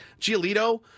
Giolito